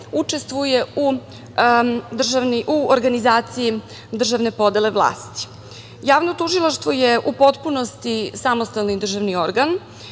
učestvuje u organizaciji državne podele vlasti. Javno tužilaštvo je u potpunosti samostalni državni organ